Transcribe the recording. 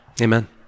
amen